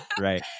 right